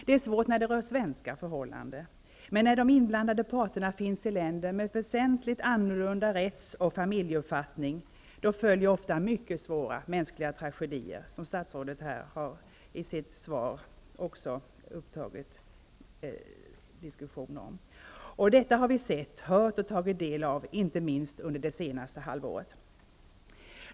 Det är svårt när det rör svenska förhållanden, men när de inblandade parterna finns i länder med väsentligt annorlunda rätts och familjeuppfattning följer ofta mycket svåra mänskliga tragedier, vilket statsrådet också nämner i sitt svar. Detta har vi sett, hört och tagit del av inte minst under det senaste halvåret.